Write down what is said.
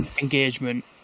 engagement